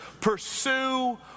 pursue